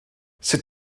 sut